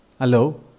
Hello